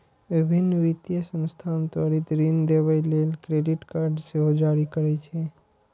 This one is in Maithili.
विभिन्न वित्तीय संस्थान त्वरित ऋण देबय लेल क्रेडिट कार्ड सेहो जारी करै छै